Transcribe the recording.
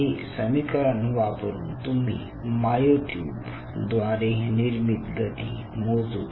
हे समीकरण वापरून तुम्ही मायोट्युब द्वारे निर्मित गती मोजू शकता